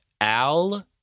Al